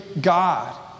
God